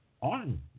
on